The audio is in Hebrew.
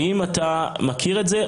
האם אתה מכיר את זה?